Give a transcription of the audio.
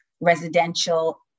residential